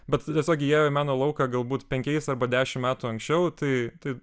bet tiesiog įėjo į meno lauką galbūt penkiais arba dešimt metų anksčiau tai tai